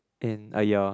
in a year